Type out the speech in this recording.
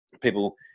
People